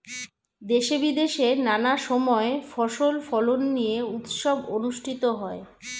দেশে বিদেশে নানা সময় ফসল ফলন নিয়ে উৎসব অনুষ্ঠিত হয়